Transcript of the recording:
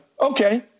Okay